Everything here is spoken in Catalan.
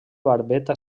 barbeta